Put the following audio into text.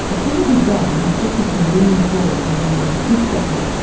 ah soon as he'd gone his secretary leaned forward and almost hissed at me,